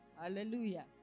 Hallelujah